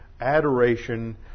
adoration